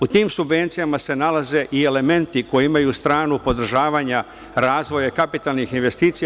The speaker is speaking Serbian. U tim subvencijama se nalaze i elementi koji imaju stranu podržavanja razvoja kapitalnih investicija.